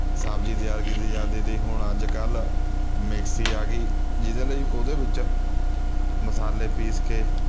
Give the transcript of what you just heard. ਸਬਜ਼ੀ ਤਿਆਰ ਕੀਤੀ ਜਾਂਦੀ ਤੀ ਹੁਣ ਅੱਜ ਕੱਲ੍ਹ ਮਿਕਸੀ ਆ ਗਈ ਜਿਹਦੇ ਲਈ ਉਹਦੇ ਵਿੱਚ ਮਸਾਲੇ ਪੀਸ ਕੇ